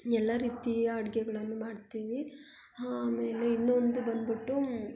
ಎಲ್ಲ ರೀತಿಯ ಅಡುಗೆಗಳನ್ನು ಮಾಡ್ತೀವಿ ಆಮೇಲೆ ಇನ್ನೊಂದು ಬಂದ್ಬಿಟ್ಟು